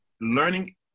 Learning